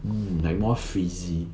mm like more frizzy